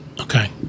Okay